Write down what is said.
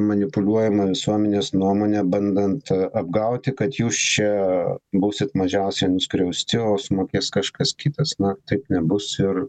manipuliuojama visuomenės nuomone bandant apgauti kad jūs čia būsit mažiausia nuskriausti o sumokės kažkas kitas na taip nebus ir